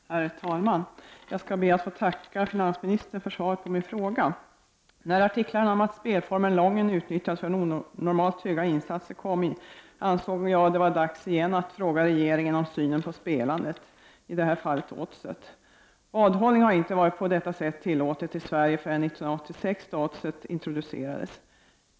Herr talman! Jag ber att få tacka finansministern för svaret på min fråga. När artiklarna om att spelformen Lången utnyttjas för onormalt höga insatser kom, ansåg jag det vara dags igen att fråga regeringen om synen på spelandet, i detta fall på Oddset. Vadhållning var inte tillåtet i Sverige på detta sätt förrän 1986 då Oddset introducerades.